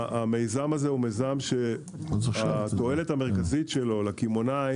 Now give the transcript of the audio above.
המיזם הזה הוא מיזם שהתועלת העיקרית שלו לקמעונאי